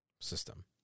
system